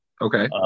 okay